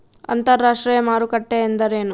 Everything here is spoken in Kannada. ಅಂತರಾಷ್ಟ್ರೇಯ ಮಾರುಕಟ್ಟೆ ಎಂದರೇನು?